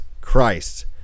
Christ